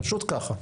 פשוט ככה.